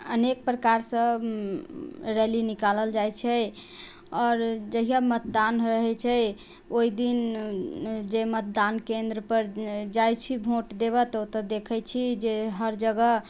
अनेक प्रकारसँ रैली निकालल जाइ छै आओर जहिया मतदान रहै छै ओहि दिन जे मतदान केन्द्रपर जाइ छी वोट देबै तऽ ओतय देखै छी जे हर जगह